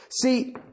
See